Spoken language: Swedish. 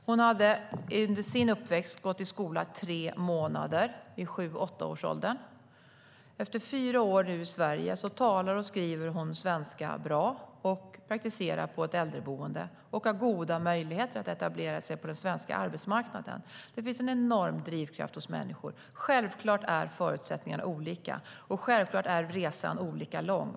Hon har under sin uppväxt gått i skolan i tre månader, i sju till åttaårsåldern. Efter fyra år i Sverige talar och skriver hon nu svenska bra och praktiserar på ett äldreboende. Hon har goda möjligheter att etablera sig på den svenska arbetsmarknaden. Det finns en enorm drivkraft hos människor. Självklart är förutsättningarna olika, och självklart är resan olika lång.